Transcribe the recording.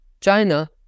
China